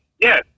yes